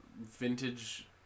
vintage